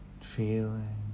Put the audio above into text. feeling